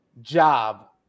job